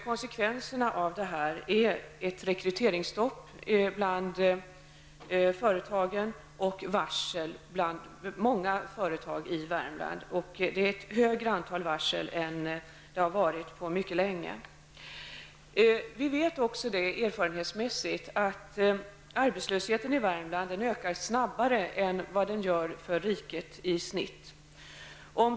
Konsekvenserna av det är ett rekryteringsstopp bland företagen och varsel bland många av företagen i Värmland. Det är ett större antal varsel än det har varit på mycket länge. Vi vet också erfarenhetsmässigt att arbetslösheten i Värmland ökar snabbare än vad den gör för riket i snitt.